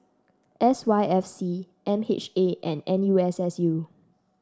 S Y F C M H A and N U S S U